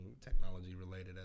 technology-related